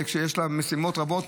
ויש להם משימות רבות,